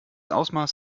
ausmaß